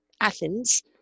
Athens